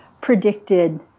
predicted